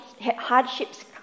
hardships